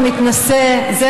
אנא בחיבכ, אחי.